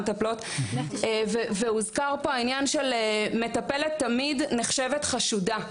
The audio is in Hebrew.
המטפלות והוזכר פה העניין של מטפלת תמיד נחשבת חשודה,